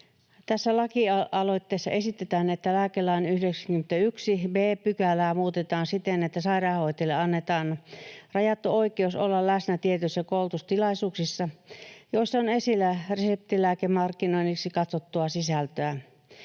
Tässä lakialoitteessa esitetään, että lääkelain 91 b §:ää muutetaan siten, että sairaanhoitajille annetaan rajattu oikeus olla läsnä tietyissä koulutustilaisuuksissa, joissa on esillä reseptilääkemarkkinoinniksi katsottua sisältöä.